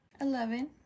Eleven